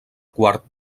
quart